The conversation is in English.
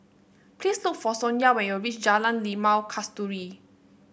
please look for Sonya when you reach Jalan Limau Kasturi